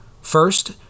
First